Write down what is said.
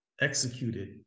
executed